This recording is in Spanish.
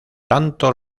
tanto